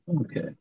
Okay